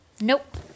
Nope